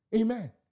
Amen